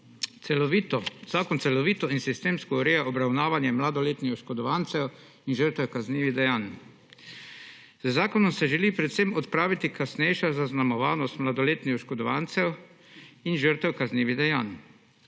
Zakon celovito in sistemsko ureja obravnavanje mladoletnih oškodovancev in žrtev kaznivih dejanj. Z zakonom se želi predvsem odpraviti kasnejša zaznamovanost mladoletnih oškodovancev in žrtev kaznivih dejanj.